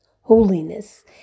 Holiness